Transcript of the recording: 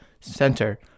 center